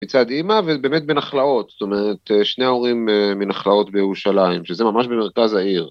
מצד אמא ובאמת בנחלאות, זאת אומרת שני הורים מנחלאות בירושלים, שזה ממש במרכז העיר.